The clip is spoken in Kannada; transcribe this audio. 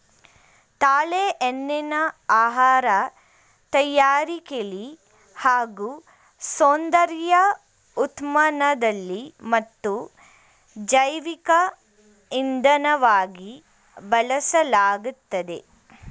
ತಾಳೆ ಎಣ್ಣೆನ ಆಹಾರ ತಯಾರಿಕೆಲಿ ಹಾಗೂ ಸೌಂದರ್ಯ ಉತ್ಪನ್ನದಲ್ಲಿ ಮತ್ತು ಜೈವಿಕ ಇಂಧನವಾಗಿ ಬಳಸಲಾಗ್ತದೆ